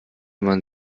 man